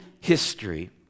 history